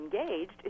engaged